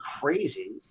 crazy